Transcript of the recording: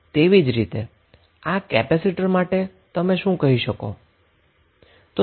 તેવી જ રીતે આ કેપેસિટર માટે તમે શું કહી શકો છો